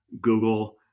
Google